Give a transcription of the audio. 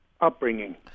upbringing